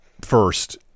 First